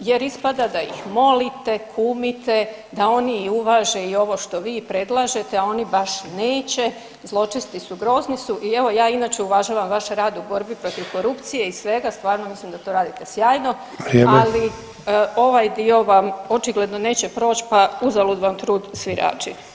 jer ispada da ih molite, kumite da oni i uvaže i ovo što vi predlažete, a oni baš neće, zločesti su, grozni su i evo ja inače uvažavam vaš rad u borbi protiv korupcije i svega, stvarno mislim da to radite sjajno [[Upadica: Vrijeme.]] ali ovaj dio vam očigledno neće proći pa uzalud vam trud svirači.